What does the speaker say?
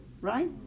right